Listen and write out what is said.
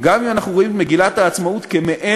גם אם אנחנו רואים את מגילת העצמאות כמעין,